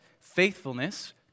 faithfulness